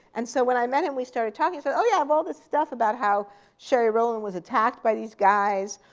and so when i met him we started talking, said, oh, yeah, i have all this stuff about how sherry rowland was attacked by these guys.